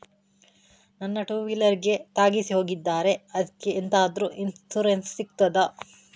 ನನ್ನ ಟೂವೀಲರ್ ಗೆ ತಾಗಿಸಿ ಹೋಗಿದ್ದಾರೆ ಅದ್ಕೆ ಎಂತಾದ್ರು ಇನ್ಸೂರೆನ್ಸ್ ಸಿಗ್ತದ?